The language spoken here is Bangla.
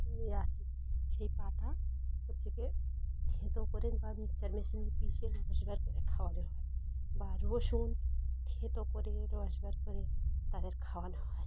ইয়ে আছে সেই পাতা হচ্ছে থেঁতো করে বা মিক্সচার মেশিনে পিষে রশ বার করে খাওয়ানো হয় বা রসুন থেঁতো করে রশ বার করে তাদের খাওয়ানো হয়